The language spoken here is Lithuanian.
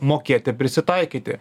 mokėti prisitaikyti